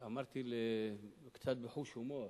אמרתי קצת בחוש הומור